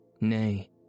Nay